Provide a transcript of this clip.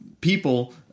people